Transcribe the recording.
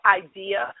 idea